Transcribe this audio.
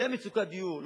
בגלל מצוקת דיור,